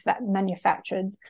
manufactured